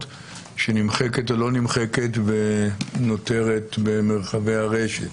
שנמחקת או לא נמחקת ונותרת במרחבי הרשת.